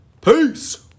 Peace